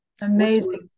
Amazing